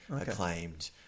acclaimed